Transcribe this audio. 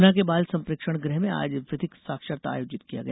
गुना के बाल संप्रेक्षण गृह में आज विधिक साक्षरता आयोजित किया गया